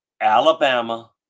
Alabama